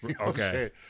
Okay